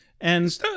and-